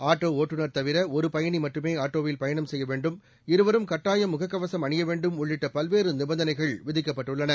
auto ஒட்டுநர் தவிர ஒரு பயணி மட்டுமே ஆட்டோவில் பயணம் செய்ய வேண்டும் இருவரும் கட்டாயம் முகக்கவசம் அணிய வேண்டும் உள்ளிட்ட பல்வேறு நிபந்தனைகள் விதிக்கப்பட்டுள்ளன